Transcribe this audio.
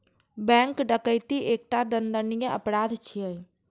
bank डकैती एकटा दंडनीय अपराध छियै